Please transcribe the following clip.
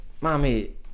mommy